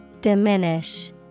Diminish